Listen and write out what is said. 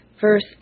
Verse